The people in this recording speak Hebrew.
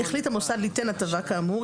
והחליט המוסד ליתן הטבה כאמור,